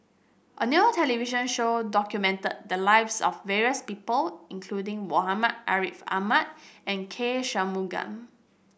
a new television show documented the lives of various people including Muhammad Ariff Ahmad and K Shanmugam